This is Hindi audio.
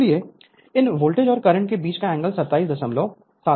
इसलिए इन वोल्टेज और करंट के बीच का एंगल 277 है